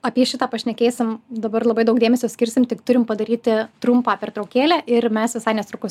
apie šitą pašnekėsim dabar labai daug dėmesio skirsim tik turim padaryti trumpą pertraukėlę ir mes visai netrukus